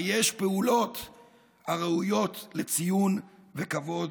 היש פעולות הראויות לציון וכבוד